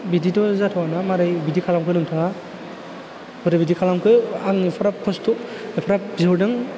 बिदिथ' जाथावाना मारै बिदि खालामखो नोंथाङा बोरै बिदि खालामखो आं एफाराब खस्थ' एफाराब बिहरदों